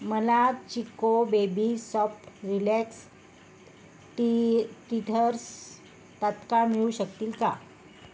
मला Chicco baby soft relax tee teethers तात्काळ मिळू शकतील का